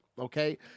Okay